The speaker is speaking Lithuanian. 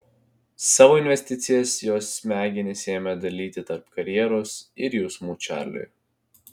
savo investicijas jos smegenys ėmė dalyti tarp karjeros ir jausmų čarliui